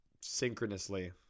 synchronously